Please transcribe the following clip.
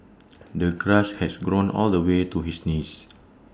the grass had grown all the way to his knees